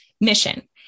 mission